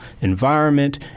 environment